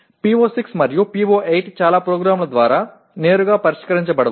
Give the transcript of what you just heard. PO6 మరియు PO8 చాలా ప్రోగ్రామ్ల ద్వారా నేరుగా పరిష్కరించబడవు